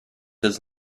does